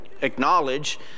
acknowledge